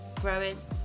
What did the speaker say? growers